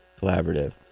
collaborative